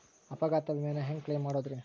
ಅಪಘಾತ ವಿಮೆನ ಹ್ಯಾಂಗ್ ಕ್ಲೈಂ ಮಾಡೋದ್ರಿ?